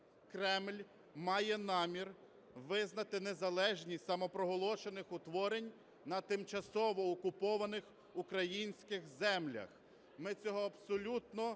Кремль має намір визнати незалежність самопроголошених утворень на тимчасово окупованих українських землях. Ми цього абсолютно не можемо